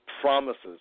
promises